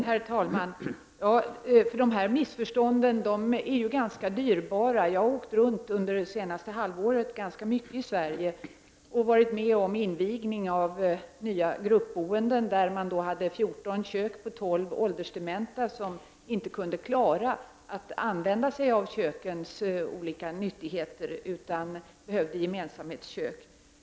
Herr talman! Dessa missförstånd är ganska dyrbara. Jag har under det senaste halvåret åkt runt ganska mycket i Sverige och varit med om invigningar av nya gruppbostäder där det t.ex. har funnits 14 kök på 12 åldersdementa som inte kunde klara av att använda köken. Dessa människor behövde gemensamhetskök.